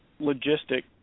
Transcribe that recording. logistic